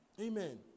Amen